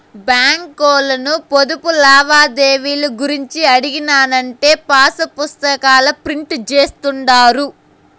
బాంకీ ఓల్లను పొదుపు లావాదేవీలు గూర్చి అడిగినానంటే పాసుపుస్తాకాల ప్రింట్ జేస్తుండారు